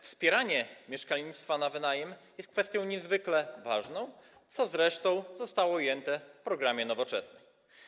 Wspieranie mieszkalnictwa na wynajem jest kwestią niezwykle ważną, co zresztą zostało ujęte w programie Nowoczesnej.